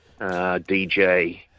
DJ